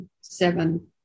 seven